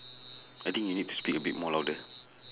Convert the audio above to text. I think you need to speak a bit more louder